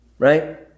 Right